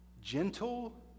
gentle